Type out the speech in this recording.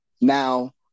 now